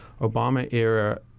Obama-era